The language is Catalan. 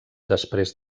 després